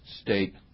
state